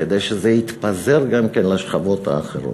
כדי שזה יתפזר גם לשכבות האחרות?